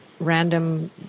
random